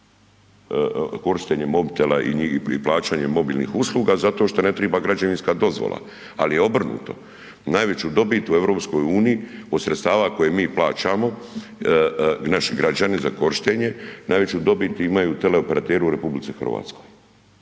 korištenje mobitela i plaćanje mobilnih usluga zato što ne treba građevinska dozvola, ali i obrnuto. Najveću dobit u EU od sredstava koje mi plaćamo i naši građani za korištenje, najveću dobit imaju teleoperateri u RH. HT ima, tj.